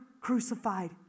crucified